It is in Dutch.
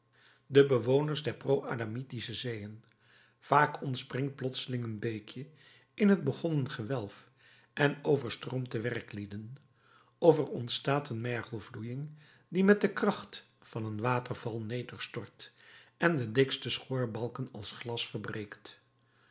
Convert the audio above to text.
de bewoners der proadamitische zeeën vaak ontspringt plotseling een beekje in het begonnen gewelf en overstroomt de werklieden of er ontstaat een mergelvloeiing die met de kracht van een waterval nederstort en de dikste schoorbalken als glas verbreekt